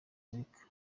amerika